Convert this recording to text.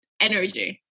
energy